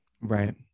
Right